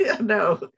No